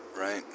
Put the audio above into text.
Right